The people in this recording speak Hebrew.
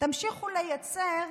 תמשיכו לייצר,